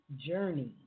Journey